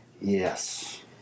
Yes